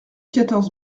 quatorze